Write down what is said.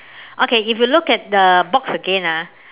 okay if you look at the box again ah